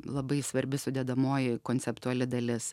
labai svarbi sudedamoji konceptuali dalis